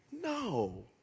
No